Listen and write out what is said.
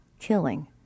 Killing